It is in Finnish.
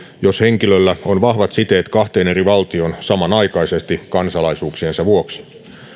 jos henkilöllä on vahvat siteet kahteen eri valtioon samanaikaisesti kansalaisuuksiensa vuoksi